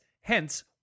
hence